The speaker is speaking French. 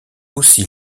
aussi